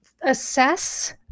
assess